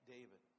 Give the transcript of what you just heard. David